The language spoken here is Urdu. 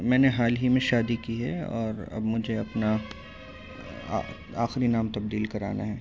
میں نے حال ہی میں شادی کی ہے اور اب مجھے اپنا آخری نام تبدیل کرانا ہے